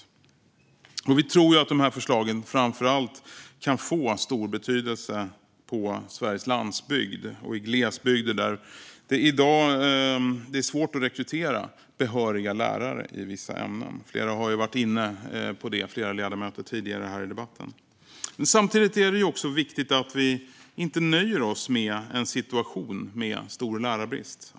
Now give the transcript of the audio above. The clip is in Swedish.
Vi tror att dessa förslag kan få stor betydelse framför allt på Sveriges landsbygd och i glesbygder där det i dag är svårt att rekrytera behöriga lärare i vissa ämnen. Flera ledamöter har varit inne på det tidigare i debatten. Samtidigt är det viktigt att vi inte nöjer oss med en situation med stor lärarbrist.